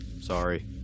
Sorry